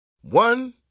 One